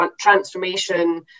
transformation